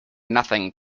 nothing